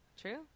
True